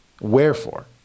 Wherefore